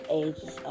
ages